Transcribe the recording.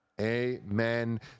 amen